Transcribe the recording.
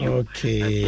okay